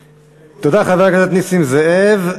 תודה לחבר הכנסת נסים זאב.